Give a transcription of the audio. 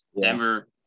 Denver